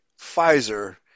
Pfizer